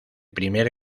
primer